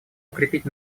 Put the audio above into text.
укрепить